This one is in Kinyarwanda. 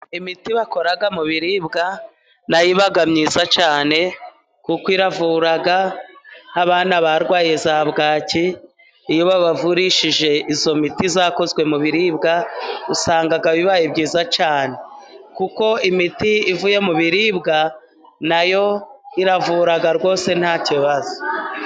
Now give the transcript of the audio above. Imiti bakora mu biribwa, nayo iba myiza cyane, kuko iravura, nk'abana barwaye za bwaki, iyo babavurishije iyo miti yakozwe mu biribwa, usanga bibaye byiza cyane. Kuko imiti ivuye mu biribwa, nayo iravura rwose nta kibazo.